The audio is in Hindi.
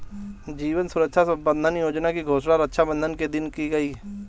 जीवन सुरक्षा बंधन योजना की घोषणा रक्षाबंधन के दिन की गई